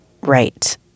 right